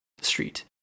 street